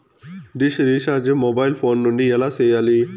dish recharge mobile phone నుండి ఎలా సేయాలి